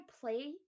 play